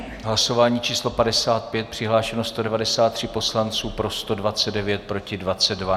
Hlasování číslo 55, přihlášeno 193 poslanců, pro 129, proti 22.